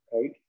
Right